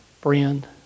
friend